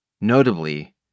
Notably